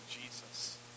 Jesus